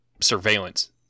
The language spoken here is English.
surveillance